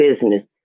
business